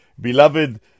beloved